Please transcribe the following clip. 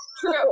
True